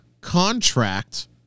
contract